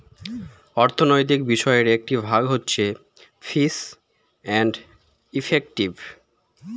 অর্থনৈতিক বিষয়ের একটি ভাগ হচ্ছে ফিস এন্ড ইফেক্টিভ